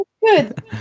good